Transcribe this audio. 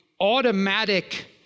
automatic